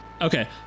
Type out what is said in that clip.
Okay